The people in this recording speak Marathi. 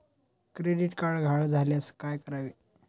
क्रेडिट कार्ड गहाळ झाल्यास काय करावे?